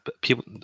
people